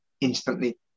instantly